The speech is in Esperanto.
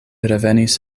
revenis